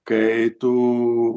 kai tu